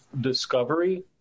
discovery